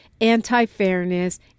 anti-fairness